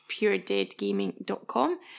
puredeadgaming.com